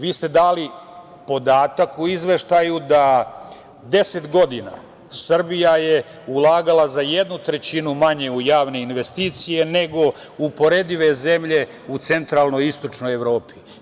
Vi ste dali podatak u izveštaju, da deset godina Srbija je ulagala za jednu trećinu manje u javne investicije nego uporedive zemlje u centralnoj i istočnoj Evropi.